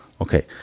Okay